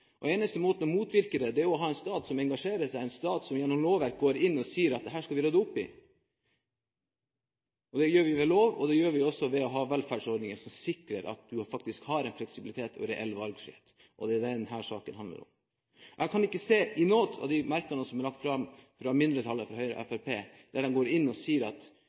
eneste måten å motvirke dette på er å ha en stat som engasjerer seg, en stat som gjennom lovverk går inn og sier at dette skal vi rydde opp i. Det gjør vi ved lov, og det gjør vi ved å ha velferdsordninger som sikrer at man faktisk har en fleksibilitet og en reell valgfrihet. Det er det denne saken handler om. Jeg kan ikke se i noen av merknadene fra mindretallet Høyre og Fremskrittspartiet at de sier at vi skal ha reell valgfrihet. De legger ikke noen forslag til grunn for hvordan de skal løse dette. De sier at